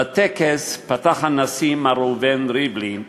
בטקס פתח הנשיא, מר ראובן ריבלין,